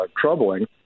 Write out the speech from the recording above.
troubling